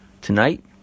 Tonight